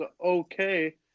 okay